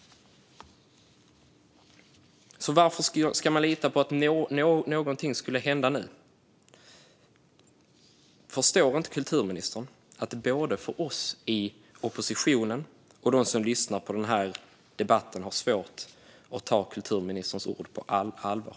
Varför ska man lita på att någonting ska hända nu? Förstår inte kulturministern att både vi i oppositionen och de som lyssnar på den här debatten har svårt att ta kulturministerns ord på allvar?